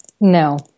No